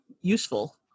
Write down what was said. useful